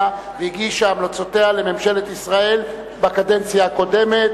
והגישה את המלצותיה לממשלת ישראל בקדנציה הקודמת.